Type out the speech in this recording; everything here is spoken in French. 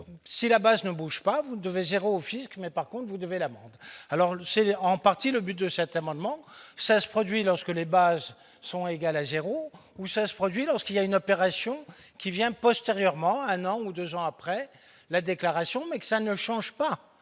si la base ne bouge pas, vous devez 0 au Fisc n'est pas comme vous devez l'amende alors le c'est en partie le but de cet amendement, ça se produit lorsque les bases sont égales à 0 ou ça se produit lorsqu'il y a une opération qui vient postérieurement à un an ou 2 ans après la déclaration, mais que ça ne change pas